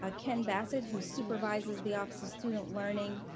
ah ken bassett, who supervises the office student learning,